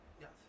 Yes